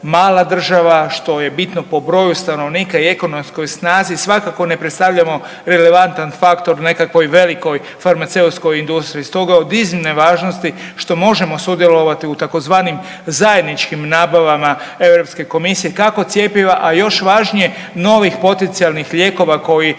mala država što je bitno po broju stanovnika i ekonomskoj snazi svakako ne predstavljamo relevantan faktor nekakvoj velikoj farmaceutskoj industriji stoga je od iznimne važnosti što možemo sudjelovati u tzv. zajedničkim nabavama Europske komisije kako cjepiva, a još važnije novih potencijalnih lijekova koji